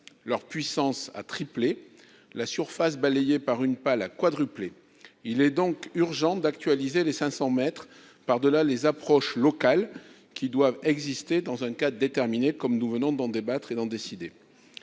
leur puissance a triplé, la surface balayée par une pale a quadruplé. Il est donc urgent d'actualiser les 500 mètres par-delà les approches locales devant exister dans un cadre déterminé, comme nous venons d'en débattre et d'en décider.